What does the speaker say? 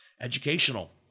educational